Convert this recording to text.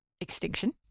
Extinction